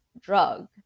drug